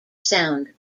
sound